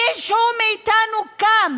מישהו מאיתנו קם